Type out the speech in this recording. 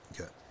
okay